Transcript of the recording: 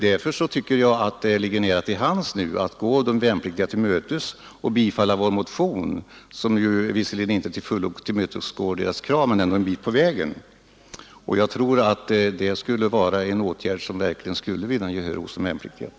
Därför tycker jag att det nu ligger nära till hands att gå de värnpliktiga till mötes och bifalla vår motion, som visserligen inte till fullo uppfyller deras krav men som innebär ett steg på vägen. Jag tror att det är en åtgärd som verkligen skulle vinna gehör hos de värnpliktiga.